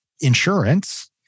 insurance